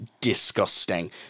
disgusting